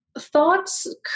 thoughts